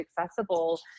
accessible